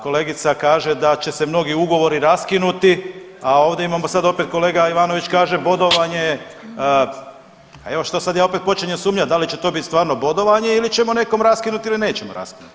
Kolegica kaže da će se mnogi ugovori raskinuti, a ovdje imamo sad opet kolega Ivanović kaže bodovanje, evo šta sad ja opet počinjem sumnjat da li će to bit stvarno bodovanje ili ćemo nekome raskinut ili nećemo raskinut.